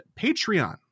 Patreon